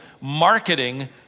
Marketing